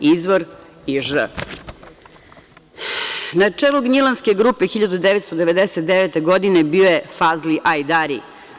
Izvor J.Ž. Na čelu gnjilanske grupe 1999. godine bio je Fazli Ajdari.